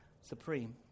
supreme